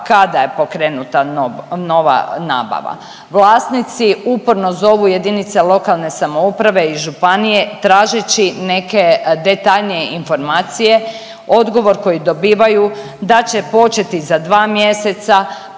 kada je pokrenuta nova nabava. Vlasnici uporno zovu jedinice lokalne samouprave i županije tražeći neke detaljnije informacije, odgovor koji dobivaju da će početi za dva mjeseca